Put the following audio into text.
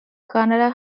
canada